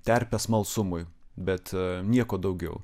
terpę smalsumui bet nieko daugiau